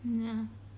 ya